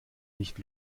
nicht